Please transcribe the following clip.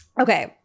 Okay